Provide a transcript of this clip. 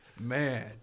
Man